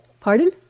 Pardon